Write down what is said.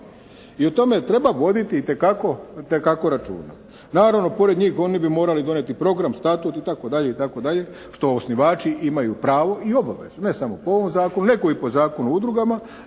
i o tome treba voditi itekako računa. Naravno pored njih oni bi morali donijeti program, statut itd. itd. što osnivači imaju pravo i obavezu ne samo po ovom zakonu nego i po Zakonu o udrugama.